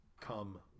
come